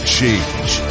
change